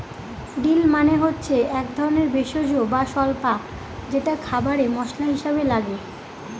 deal মানে হচ্ছে এক ধরনের ভেষজ বা স্বল্পা যেটা খাবারে মশলা হিসাবে লাগে